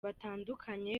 batandukanye